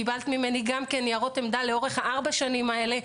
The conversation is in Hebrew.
קיבלת ממני גם כן ניירות עמדה לאורך ארבע השנים האלה.